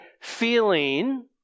feeling